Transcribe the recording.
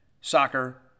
soccer